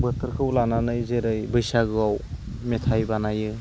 बोथोरखौ लानानै जेरै बैसागोआव मेथाइ बानायो